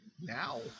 now